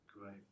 Great